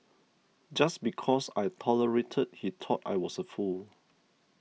just because I tolerated he thought I was a fool